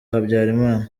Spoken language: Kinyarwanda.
habyalimana